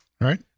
Right